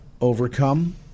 overcome